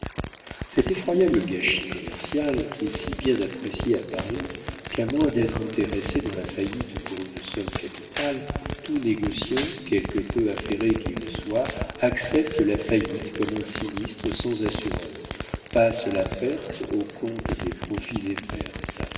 cet effroyable gâchis commercial est si bien apprécié à paris qu'à moins d'être intéressé dans la faillite pour une somme capitale tout négociant quelque peu affairé qu'il soit accepte la faillite comme un sinistre sans assureurs passe la perte au compte des profits et pertes